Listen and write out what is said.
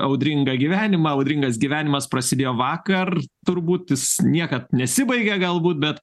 audringą gyvenimą audringas gyvenimas prasidėjo vakar turbūt jis niekad nesibaigia galbūt bet